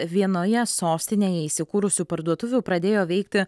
vienoje sostinėje įsikūrusių parduotuvių pradėjo veikti